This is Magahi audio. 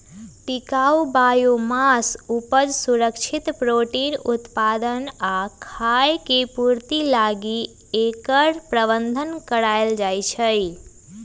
टिकाऊ बायोमास उपज, सुरक्षित प्रोटीन उत्पादक आ खाय के पूर्ति लागी एकर प्रबन्धन कएल जाइछइ